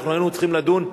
אנחנו היינו צריכים לדון,